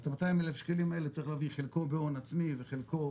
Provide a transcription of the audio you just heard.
אז את ה-200 אלף שקלים האלה צריך להביא חלקו בהון עצמי וחלקו